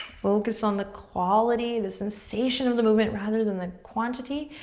focus on the quality, the sensation of the movement, rather than the quantity.